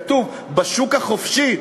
כתוב: בשוק החופשי.